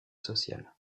sociale